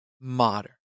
modern